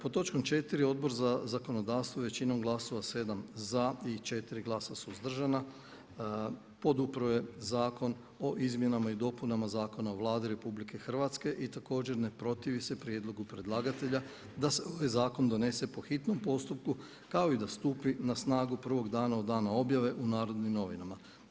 Pod točkom četiri Odbor za zakonodavstvo je većinom glasova, 7 za i 4 glasa suzdržana podupro je Zakon o izmjenama i dopunama Zakona o Vladi Republike Hrvatske i također ne protivi se prijedlogu predlagatelja da se ovaj zakon donese po hitnom postupku kao i da stupi na snagu prvog dana od dana objave u „Narodnim novinama“